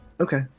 okay